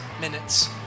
minutes